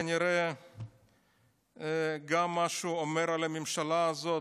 שכנראה גם אומר משהו על הממשלה הזאת,